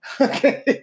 okay